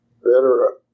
better